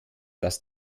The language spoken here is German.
dass